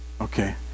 Okay